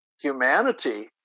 humanity